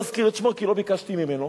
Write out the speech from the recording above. לא אזכיר את שמו כי לא ביקשתי ממנו,